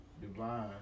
divine